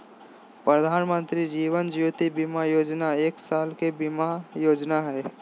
प्रधानमंत्री जीवन ज्योति बीमा योजना एक साल के बीमा योजना हइ